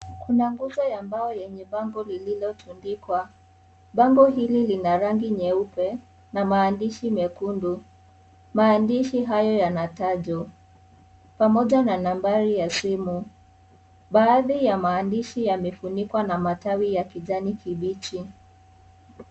Kuna ngunzo ya mbao lenye bango lililotundikwa. Bango hili lina rangi nyeupe na maandishi mekundu. Maandishi hayo yana tajo pamoja na nambari ya simu. Baadhi ya maandishi yamefunikwa na matawi ya kijani kibichi.